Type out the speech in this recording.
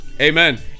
Amen